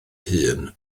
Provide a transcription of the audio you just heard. hun